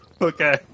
Okay